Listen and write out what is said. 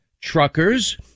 truckers